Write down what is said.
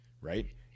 right